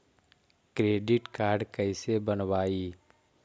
Credit card कैसे बनवाई?